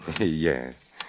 Yes